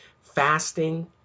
fasting